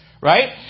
right